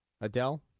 Adele